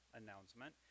announcement